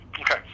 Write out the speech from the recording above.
Okay